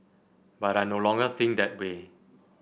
but I no longer think that way